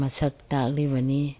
ꯃꯁꯛ ꯇꯥꯛꯂꯤꯕꯅꯤ